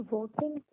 Voting